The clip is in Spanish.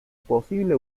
posible